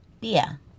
Beer